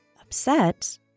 upset